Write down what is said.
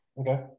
okay